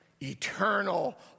eternal